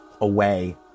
away